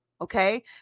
Okay